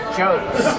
jokes